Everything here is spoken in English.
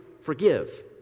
forgive